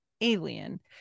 alien